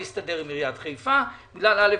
להסתדר עם עירית חיפה בגלל זה וזה,